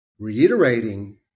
reiterating